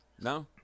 No